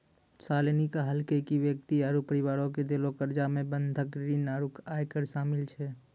शालिनी कहलकै कि व्यक्ति आरु परिवारो के देलो कर्जा मे बंधक ऋण आरु आयकर शामिल छै